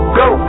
go